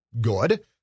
good